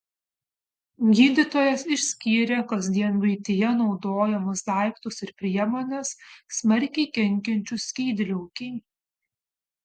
gydytojas išskyrė kasdien buityje naudojamus daiktus ir priemones smarkiai kenkiančius skydliaukei